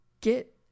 get